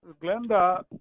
Glenda